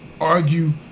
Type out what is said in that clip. argue